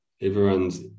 everyone's